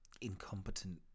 incompetent